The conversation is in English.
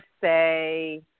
say